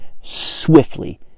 swiftly